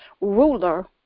ruler